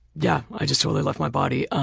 yeah. i just totally left my body.